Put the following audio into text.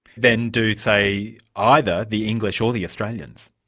than do say either the english or the australians?